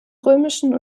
römischen